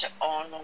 on